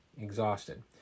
exhausted